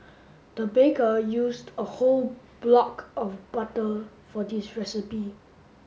the baker used a whole block of butter for this recipe